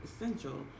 essential